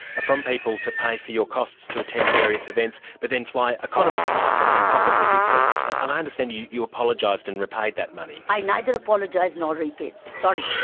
from people to pay for your costs to attend various events but then fly economy class and and pocket the difference, and i understand you you apologised and repaid that money? i neither apologised nor repaid, sorry.